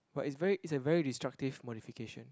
but it's very it's a very destructive modification